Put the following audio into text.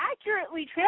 accurately